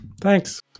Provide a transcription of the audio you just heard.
Thanks